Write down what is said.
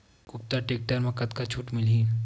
कुबटा टेक्टर म कतका छूट मिलही?